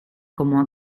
como